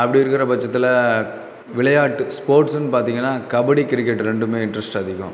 அப்படி இருக்கிற பட்சத்தில் விளையாட்டு ஸ்போர்ட்ஸ்னு பார்த்தீங்கன்னா கபடி கிரிக்கெட் ரெண்டுமே இன்ட்ரெஸ்ட் அதிகம்